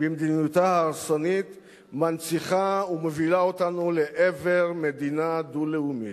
במדיניותה ההרסנית מנציחה ומובילה אותנו לעבר מדינה דו-לאומית.